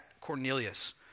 Cornelius